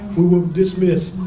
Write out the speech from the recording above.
we will dismiss.